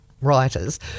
writers